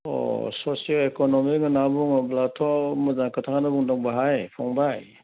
अ socio economic होनना बुङोब्लाथ' मोजां खोथाखौनो बुंदों बेवहाय फंबाय